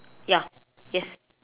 ya yes